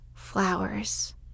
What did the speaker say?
flowers